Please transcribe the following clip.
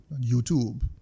YouTube